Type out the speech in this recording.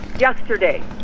yesterday